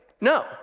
no